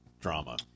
drama